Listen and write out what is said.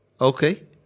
Okay